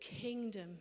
kingdom